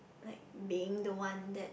like being the one that